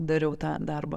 dariau tą darbą